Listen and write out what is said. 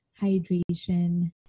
hydration